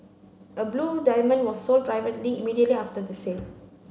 a blue diamond was sold privately immediately after the sale